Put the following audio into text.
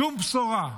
שום בשורה.